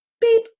beep